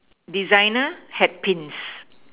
designer hair Pins